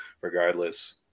regardless